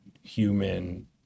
human